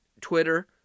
Twitter